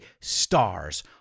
stars